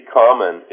common